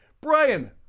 brian